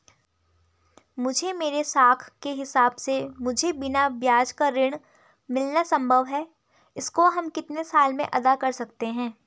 मुझे मेरे साख के हिसाब से मुझे बिना ब्याज का ऋण मिलना संभव है इसको हम कितने साल में अदा कर सकते हैं?